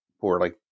poorly